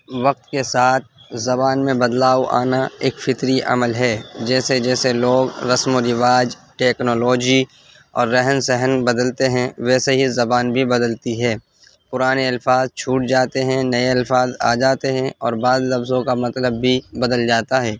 وقت کے ساتھ زبان میں بدلاؤ آنا ایک فطری عمل ہے جیسے جیسے لوگ رسم و رواج ٹیکنالوجی اور رہن سہن بدلتے ہیں ویسے ہی زبان بھی بدلتی ہے پرانے الفاظ چھوٹ جاتے ہیں نئے الفاظ آ جاتے ہیں اور بعض لفظوں کا مطلب بھی بدل جاتا ہے